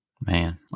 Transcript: Man